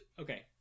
Okay